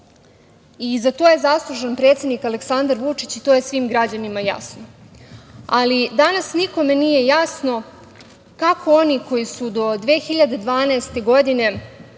i za to je zaslužan predsednik Aleksandar Vučić i to je svim građanima jasno. Danas nikome nije jasno kako oni koji su do 2012. godine